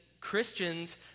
Christians